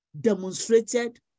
demonstrated